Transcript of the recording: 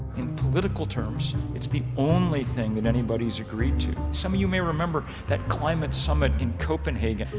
in political terms, it's the only thing that anybody's agreed to. some of you may remember that climate summit in copenhagen.